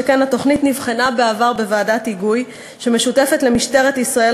שכן התוכנית נבחנה בעבר בוועדת היגוי משותפת למשטרת ישראל,